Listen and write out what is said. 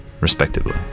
respectively